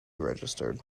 registered